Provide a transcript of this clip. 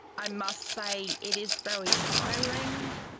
i must say, it is very tiring.